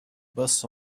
bus